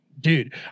dude